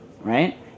right